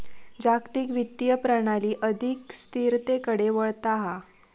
जागतिक वित्तीय प्रणाली अधिक स्थिरतेकडे वळता हा